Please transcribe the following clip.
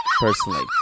personally